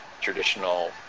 traditional